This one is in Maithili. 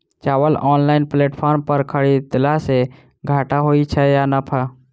चावल ऑनलाइन प्लेटफार्म पर खरीदलासे घाटा होइ छै या नफा?